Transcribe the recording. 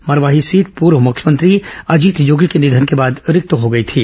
Marwahi seat पूर्व मुख्यमंत्री अजीत जोगी के निधन के बाद रिक्त हो गई थी